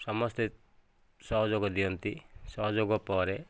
ସମସ୍ତେ ସହଯୋଗ ଦିଅନ୍ତି ସହଯୋଗ ପରେ